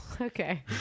Okay